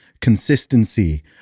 consistency